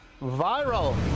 Viral